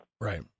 right